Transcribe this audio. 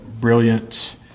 brilliant